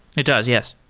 it does, yes.